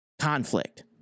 conflict